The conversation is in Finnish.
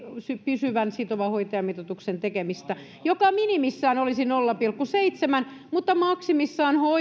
pysyvän sitovan hoitajamitoituksen tekemistä joka minimissään olisi nolla pilkku seitsemän mutta maksimissaan